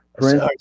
Prince